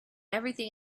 everything